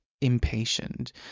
impatient